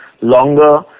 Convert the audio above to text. longer